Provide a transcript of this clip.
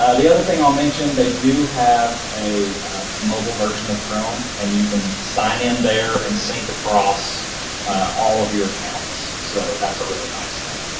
ah the other thing i'll mention. they do have a mobile version of chrome. and you can sign in there and sync across all of your accounts. so that's a really nice thing.